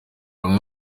umwe